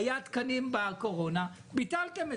היו תקנים בקורונה, ביטלתם את זה.